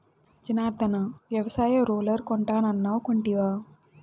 జనార్ధన, వ్యవసాయ రూలర్ కొంటానన్నావ్ కొంటివా